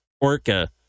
ORCA